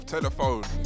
Telephone